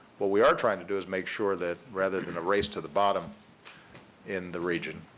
what we are trying to do is make sure that rather than a race to the bottom in the region